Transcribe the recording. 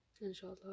inshallah